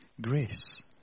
grace